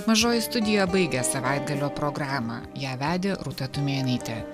mažoji studija baigė savaitgalio programą ją vedė rūta tumėnaitė